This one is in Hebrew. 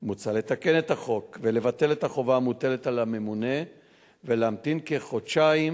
מוצע לתקן את החוק ולבטל את החובה המוטלת על הממונה ולהמתין כחודשיים